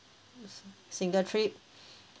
single trip